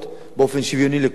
באופן שוויוני לכולם,